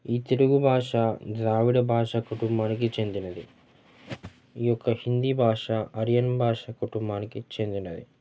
ఈ తెలుగు భాష ద్రావిడ భాష కుటుంబానికి చెందినది ఈ యొక్క హిందీ భాష అరియన్ భాష కుటుంబానికి చెందినది